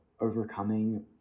overcoming